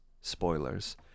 Spoilers